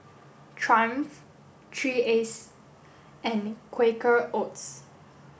triumph three and Quaker Oats